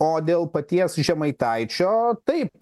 o dėl paties žemaitaičio taip